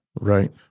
Right